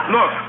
Look